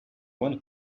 one